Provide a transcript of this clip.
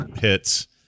hits